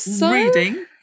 reading